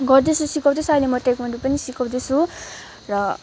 गर्दैछु सिकाउँदैछु अहिले म ताइक्वान्डो पनि सिकाउँदैछु र